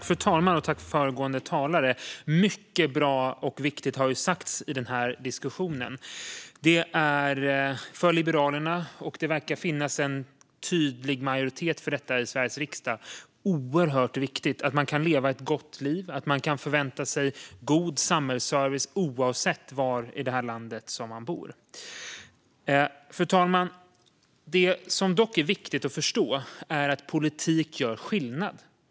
Fru talman! Jag tackar föregående talare. Det är mycket bra och viktigt som har sagts i denna diskussion. För Liberalerna är det - och det verkar finnas en tydlig majoritet för detta i Sveriges riksdag - oerhört viktigt att man kan leva ett gott liv och förvänta sig god samhällsservice oavsett var i landet man bor. Fru talman! Det som dock är viktigt att förstå är att politik gör skillnad.